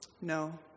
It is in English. No